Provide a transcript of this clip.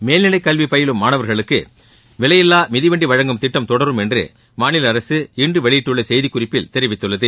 மேல்நிலை கல்வி பயிலும் மாணவர்களுக்கு விலையில்லா மிதிவண்டி வழங்கும் திட்டம் தொடரும் என்று மாநில அரசு இன்று வெளியிட்டுள்ள செய்திக்குறிப்பில் தெரிவித்துள்ளது